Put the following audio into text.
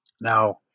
Now